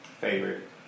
favorite